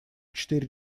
четыре